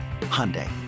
Hyundai